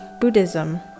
Buddhism